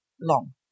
long